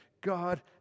God